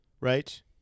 Right